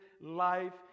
life